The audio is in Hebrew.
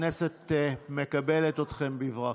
הכנסת מקבלת אתכם בברכה.